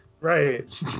Right